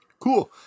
Cool